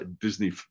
disney